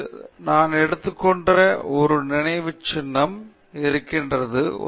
எனவே இங்கே நான் எடுத்துக்கொண்ட ஒரு நினைவுச்சின்னம் இருக்கிறது